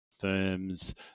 firms